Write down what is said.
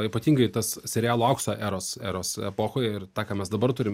ypatingai tas serialų aukso eros eros epochoje ir tą ką mes dabar turim